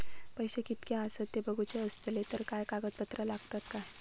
पैशे कीतके आसत ते बघुचे असले तर काय कागद पत्रा लागतात काय?